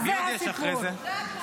אותו נאום